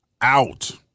out